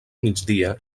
migdia